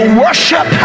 worship